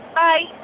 bye